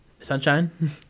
Sunshine